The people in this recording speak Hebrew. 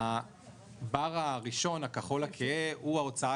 החלק הראשון בעמודה, הכחול הכהה, הוא ההוצאה